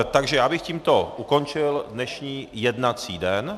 Takže já bych tímto ukončil dnešní jednací den.